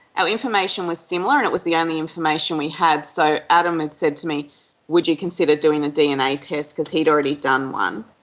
our information was similar and it was the only information we had, so adam had said to me would you consider doing a dna test, because he had already done one.